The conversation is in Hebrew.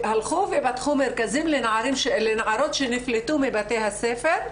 שהלכו ופתחו מרכזים לנערות שנפלטו מבתי הספר,